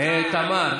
תמר,